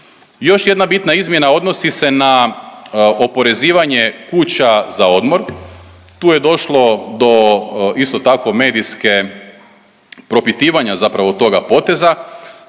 Još jedna bitna izmjena odnosi se na oporezivanje kuća za odmor, tu je došlo do isto tako medijske, propitivanja zapravo toga poteza,